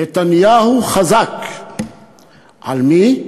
נתניהו חזק על מי?